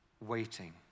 waiting